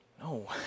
No